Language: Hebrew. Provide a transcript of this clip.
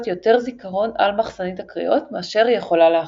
יותר זיכרון על מחסנית הקריאות מאשר היא יכולה להכיל.